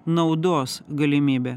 naudos galimybę